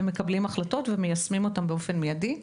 ואז מקבלים החלטות ומיישמים אותן באופן מיידי.